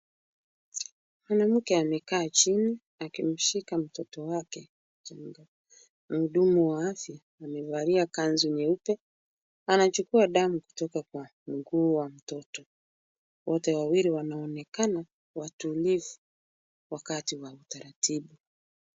Mwanamke amekaa chini akimshika mtoto wake mchanga, mhudumu wa afya amevalia kanzu nyeupe, anachukua damu kutoka kwa mguu wa mtoto, wote wawili wanaonekana watulivu wakati wa utaratibu.